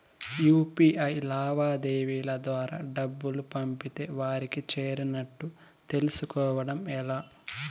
UPI లావాదేవీల ద్వారా డబ్బులు పంపితే వారికి చేరినట్టు తెలుస్కోవడం ఎలా?